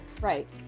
right